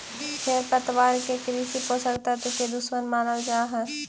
खेरपतवार के कृषि पोषक तत्व के दुश्मन मानल जा हई